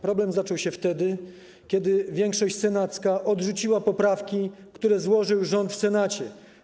Problem zaczął się wtedy, kiedy większość senacka odrzuciła poprawki, które złożył rząd w Senacie.